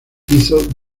hizo